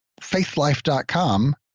faithlife.com